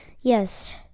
Yes